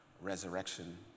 Resurrection